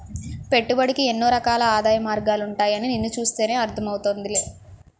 పెట్టుబడికి ఎన్నో రకాల ఆదాయ మార్గాలుంటాయని నిన్ను చూస్తేనే అర్థం అవుతోందిలే